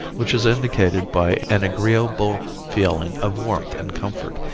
which is indicated by an agreeable feeling of warmth and comfort,